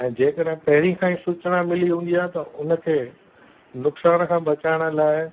ऐं जे कॾहिं पहिरीं खां ई सुचना मिली हूंदी आहे त हुनखे नुक़सान खां बचाइण लाइ